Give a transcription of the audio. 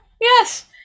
Yes